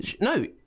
no